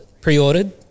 pre-ordered